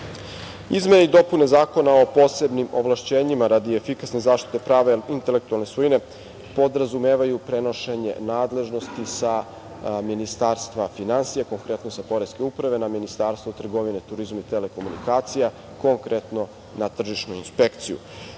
i dopune Zakona o posebnim ovlašćenjima radi efikasne zaštite prava intelektualne svojine podrazumevaju prenošenje nadležnosti sa Ministarstva finansija, konkretno sa Poreske uprave, na Ministarstvo trgovine, turizma i telekomunikacija, konkretno na tržišnu